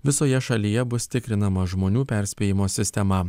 visoje šalyje bus tikrinama žmonių perspėjimo sistema